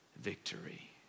victory